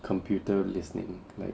computer listening like